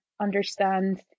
understand